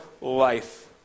life